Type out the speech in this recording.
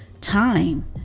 time